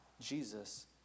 Jesus